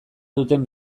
duten